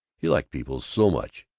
he liked people so much,